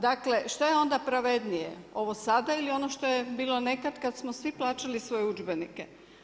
Dakle šta je onda pravednije ovo sada ili što je bilo nekad kada smo svi plaćali svoje udžbenike?